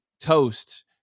toast